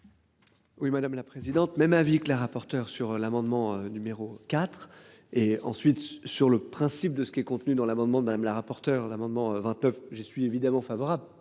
Oui madame la présidente. Même avis que le rapporteur sur l'amendement numéro 4 et ensuite sur le principe de ce qui est contenue dans l'amendement madame la rapporteur l'amendement 29, je suis évidemment favorable